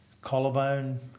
Collarbone